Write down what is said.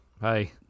Hey